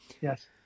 Yes